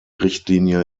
richtlinie